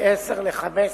מעשר שנים ל-15,